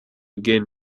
gain